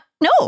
No